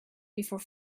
before